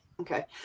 okay